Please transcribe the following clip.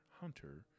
Hunter